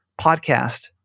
podcast –